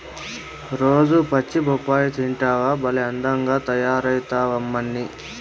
రోజూ పచ్చి బొప్పాయి తింటివా భలే అందంగా తయారైతమ్మన్నీ